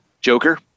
Joker